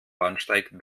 bahnsteig